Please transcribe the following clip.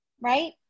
right